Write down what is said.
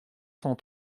cent